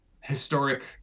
historic